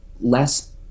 less